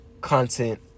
content